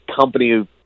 company